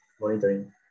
monitoring